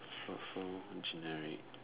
so so generic